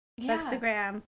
Instagram